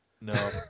No